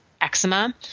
eczema